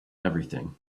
everything